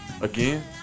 Again